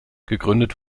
gegründet